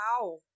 wow